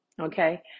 okay